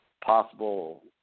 possible